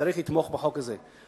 צריך לתמוך בחוק הזה.